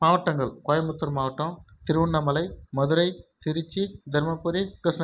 மாவட்டங்கள் கோயம்பத்தூர் மாவட்டம் திருவண்ணாமலை மதுரை திருச்சி தர்மபுரி கிருஷ்ண